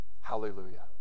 Hallelujah